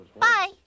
bye